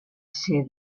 ser